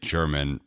German